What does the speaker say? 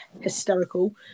hysterical